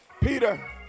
Peter